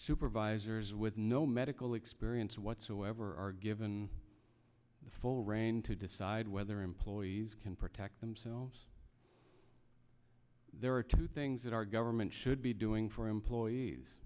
supervisors with no medical experience whatsoever are given the full rein to decide whether employees can protect themselves there are two things that our government should be doing for employees